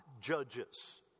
judges